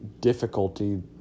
difficulty